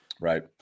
Right